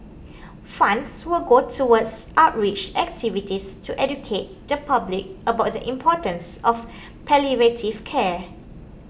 funds will go towards outreach activities to educate the public about the importance of palliative care